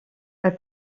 elle